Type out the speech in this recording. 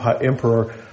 emperor